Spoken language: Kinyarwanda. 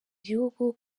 gihugu